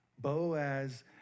Boaz